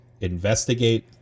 investigate